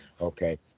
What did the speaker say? Okay